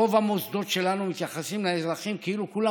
רוב המוסדות שלנו מתייחסים לאזרחים כאילו כולם